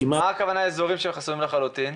מה הכוונה באזורים שחסומים לחלוטין?